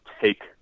take